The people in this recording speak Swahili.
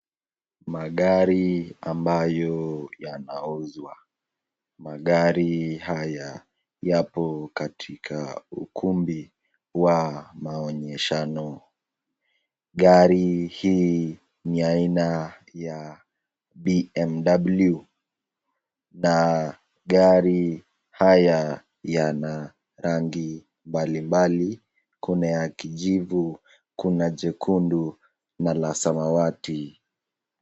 Magari ambayo yanauzwa. Magari haya yapo katika ukumbi wa maonyeshano. Gari hii ni ya aina ya BMW na gari haya yana rangi mbali mbali. Kuna ya kijivu, kuna jekundu na kuna samawati.